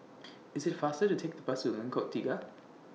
IT IS faster to Take The Bus to Lengkok Tiga